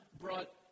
brought